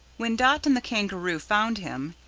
when dot and the kangaroo found him,